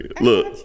Look